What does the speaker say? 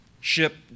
ship